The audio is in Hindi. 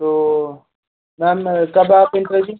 तो मैम कब आप इंटरव्यू